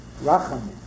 rachamim